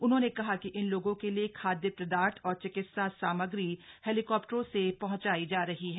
उन्होंने कहा कि इन लोगों के लिए खाद्य पदार्थ और चिकित्सा सामग्री हेलीकॉप्टरों से पहंचाई जा रही है